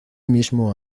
mismo